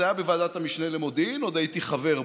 זה היה בוועדת המשנה למודיעין, עוד הייתי חבר בה.